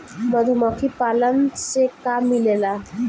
मधुमखी पालन से का मिलेला?